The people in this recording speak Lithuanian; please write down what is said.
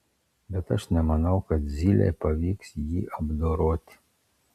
bet aš nemanau kad zylei pavyks jį apdoroti